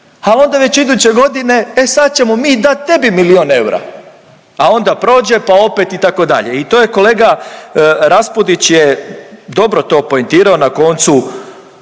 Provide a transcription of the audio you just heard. Al onda već iduće godine, e sad ćemo mi dat tebi milion eura, a onda prođe pa opet itd., i to je kolega Raspudić je dobro to poentirao na koncu